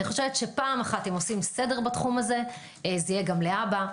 פעם אחת אם עושים סדר בתחום זה יהיה גם להבא,